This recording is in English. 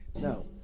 No